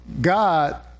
God